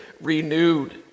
renewed